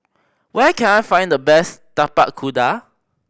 where can I find the best Tapak Kuda